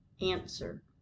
Answer